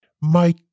My